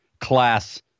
class